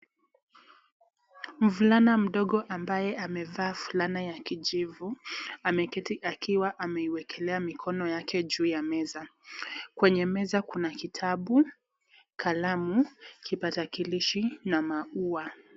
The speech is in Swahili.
Mvulana mdogo ambaye amevaa fulana ya kijivu ,ameketi akiwa ameiwekelea mikono yake juu ya meza. Kwenye meza kuna kitabu, kipakatalishi na maua.